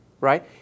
Right